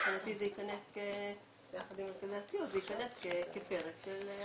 מבחינתי זה ייכנס ביחד עם מרכזי הסיוע כפרק של הכשרה.